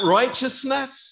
righteousness